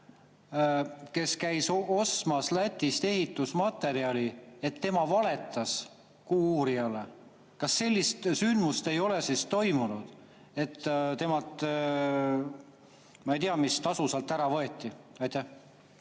kes käis ostmas Lätist ehitusmaterjali, et tema valetas "Kuuuurijale"? Kas sellist sündmust ei ole siis toimunud, et temalt ma ei tea mis tasu ära võeti? Aitäh,